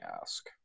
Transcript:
ask